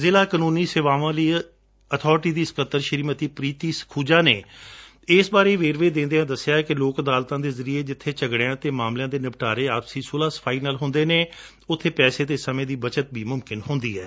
ਜ਼ਿਲ੍ਹਾ ਕਾਨੂੰਨੀ ਸੇਵਾਵਾਂ ਲਈ ਅਬਾਰਟੀ ਦੀ ਸਕੱਤਰ ਪ੍ੀਤੀ ਸੁਖੀਜਾ ਨੇ ਇਸ ਬਾਰੇ ਵੇਰਵੇ ਦਿੰਦਿਆਂ ਦਸਿਆ ਕਿ ਲੋਕ ਅਦਾਲਤਾਂ ਦੇ ਜ਼ਰੀਏ ਜਿੱਬੇ ਝਗੜਿਆਂ ਅਤੇ ਮਾਮਲਿਆਂ ਦੇ ਨਿਪਟਾਰੇ ਆਪਸੀ ਸੁਲਾਹ ਸਫਾਈ ਨਾਲ ਹੁੰਦੇ ਨੇ ਉੱਬੇ ਪੈਸੇ ਅਤੇ ਸਮੇਂ ਦੀ ਬਚਤ ਵੀ ਮੁਮਕਿਨ ਹੁੰਦੀ ਏ